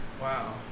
Wow